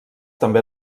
també